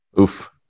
Oof